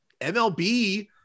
MLB